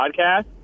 podcast